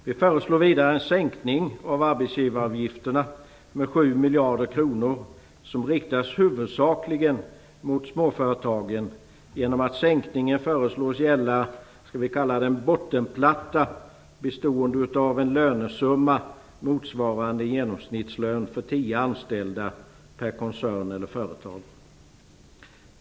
Vi föreslår vidare en sänkning av arbetsgivaravgifterna med 7 miljarder kronor, som riktas huvudsakligen mot småföretagen genom att sänkningen föreslås gälla vad vi kan kalla en bottenplatta, bestående av en lönesumma motsvarande en genomsnittslön för tio anställda per koncern eller företag.